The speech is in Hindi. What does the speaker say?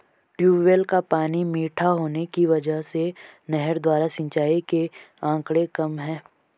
ट्यूबवेल का पानी मीठा होने की वजह से नहर द्वारा सिंचाई के आंकड़े कम है